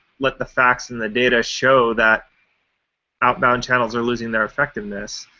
let the facts and the data show that outbound channels are losing their effectiveness.